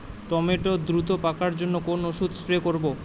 Tomato দ্রুত পাকার জন্য কোন ওষুধ স্প্রে করব?